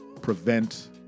prevent